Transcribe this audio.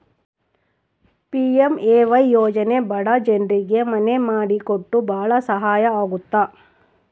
PMAY ಯೋಜನೆ ಬಡ ಜನ್ರಿಗೆ ಮನೆ ಮಾಡಿ ಕೊಟ್ಟು ಭಾಳ ಸಹಾಯ ಆಗುತ್ತ